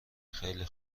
خیلی